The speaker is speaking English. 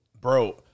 bro